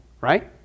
right